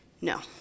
No